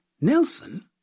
Nelson